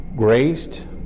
graced